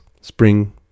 spring